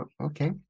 Okay